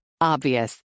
Obvious